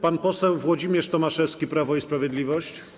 Pan poseł Włodzimierz Tomaszewski, Prawo i Sprawiedliwość?